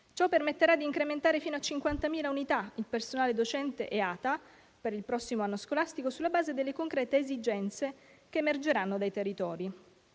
Ciò permetterà di incrementare fino a 50.000 unità il personale docente e ATA per il prossimo anno scolastico, sulla base delle concrete esigenze che emergeranno dai territori.